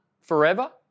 forever